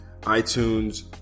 iTunes